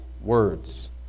words